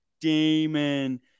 Damon